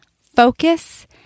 focus